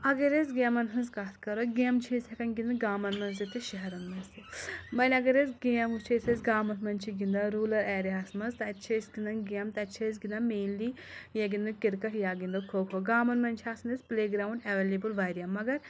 اگر أسۍ گَیمَن ہٕنٛز کَتھ کَرو گَیمہٕ چھِ أسۍ ہؠکان گِنٛدِتھ گامَن منٛز تہِ تہٕ شہرَن منٛز سۭتۍ وۄنۍ اگر أسۍ گَیم وٕچھ أسۍ أسۍ گامَن منٛز چھِ گِنٛدان روٗلَر ایریَاہَس منٛز تَتہِ چھِ أسۍ گِنٛدان گَیم تَتہِ چھِ أسۍ گِنٛدان مَیٚنلِی یا گِنٛدَو کِرکَٹ یا گِنٛدو کھو کھو گامَن منٛز چھِ آسان أسۍ پٕلے گرٛاوُنٛڈ ایوَیٚلیبٕل واریاہ مَگر